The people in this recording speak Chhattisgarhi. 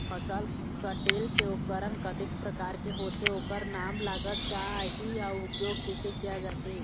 फसल कटेल के उपकरण कतेक प्रकार के होथे ओकर नाम लागत का आही अउ उपयोग कैसे किया जाथे?